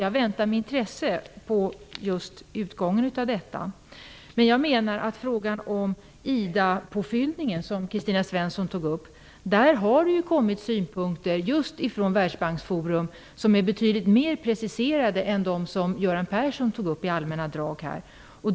Jag väntar med intresse på utgången av den, men jag vill peka på att det i frågan om IDA Världsbanksforum har framförts betydligt mer preciserade synpunkter än de som Göran Persson här i allmänna drag redovisade.